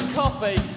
coffee